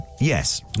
yes